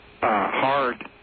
hard